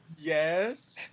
Yes